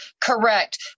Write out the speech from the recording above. Correct